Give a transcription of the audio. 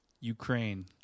Ukraine